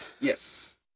Yes